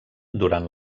durant